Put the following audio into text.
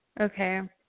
Okay